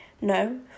No